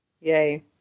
Yay